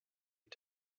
mit